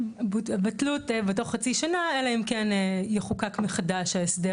בטלות תוך חצי שנה, אלא אם כן יחוקק מחדש ההסדר.